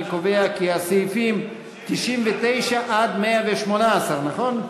אני קובע כי הסעיפים 99 118, נכון?